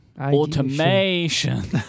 Automation